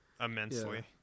immensely